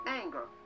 anger